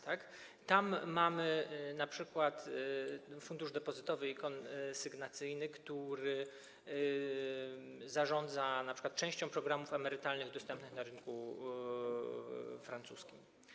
Tam mamy np. Fundusz Depozytowy i Konsygnacyjny, który zarządza np. częścią programów emerytalnych dostępnych na rynku francuskim.